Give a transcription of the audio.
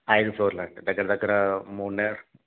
అయిదు ఫ్లోర్లు అండి దగ్గర దగ్గర మూడు నె